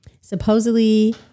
supposedly